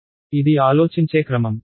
ఇది ఆలోచించే క్రమం